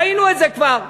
ראינו את זה כבר.